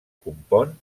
compon